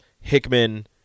hickman